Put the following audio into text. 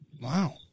Wow